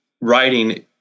writing